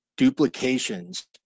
Duplications